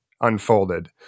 unfolded